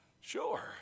Sure